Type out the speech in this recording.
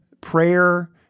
prayer